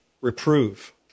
reprove